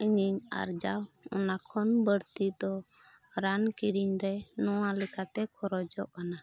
ᱤᱧᱤᱧ ᱟᱨᱡᱟᱣ ᱚᱱᱟ ᱠᱷᱚᱱ ᱵᱟᱹᱲᱛᱤ ᱫᱚ ᱨᱟᱱ ᱠᱤᱨᱤᱧ ᱨᱮ ᱱᱚᱣᱟ ᱞᱮᱠᱟᱛᱮ ᱠᱷᱚᱨᱚᱪᱚᱜ ᱠᱟᱱᱟ